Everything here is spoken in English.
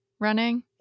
running